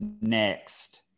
Next